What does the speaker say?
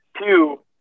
Two